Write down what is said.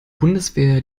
bundeswehr